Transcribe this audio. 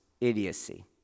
idiocy